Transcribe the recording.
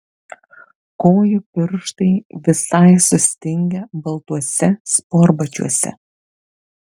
kojų pirštai visai sustingę baltuose sportbačiuose